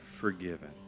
forgiven